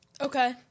Okay